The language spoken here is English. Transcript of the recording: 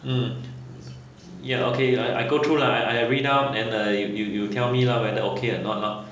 hmm ya okay I I go through lah I I read now and you you tell me lah whether okay or not lor